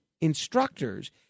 instructors